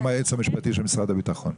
עם היועץ המשפטי של משרד הביטחון.